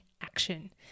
action